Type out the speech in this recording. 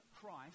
Christ